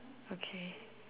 okay